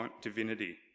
divinity